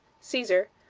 caesar,